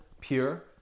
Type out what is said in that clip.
pure